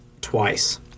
twice